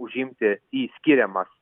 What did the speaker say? užimti į skiriamas